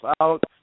out